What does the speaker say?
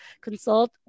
consult